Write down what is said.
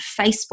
Facebook